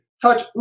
touch